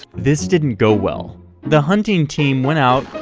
this didn't go well. the hunting team went out,